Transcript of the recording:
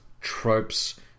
tropes